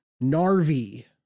Narvi